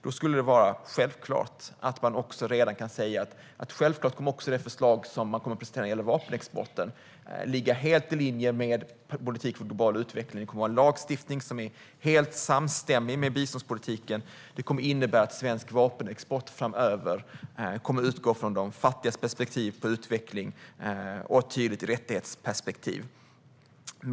Då borde det vara självklart att man redan nu kan säga att det förslag som man kommer att presentera när det gäller vapenexporten kommer att ligga helt i linje med politiken för global utveckling. Det borde vara självklart att man kan säga att det kommer att vara en lagstiftning som är helt samstämmig med biståndspolitiken, vilket kommer att innebära att svensk vapenexport framöver kommer att utgå ifrån de fattigas perspektiv på utveckling och ifrån ett tydligt rättighetsperspektiv.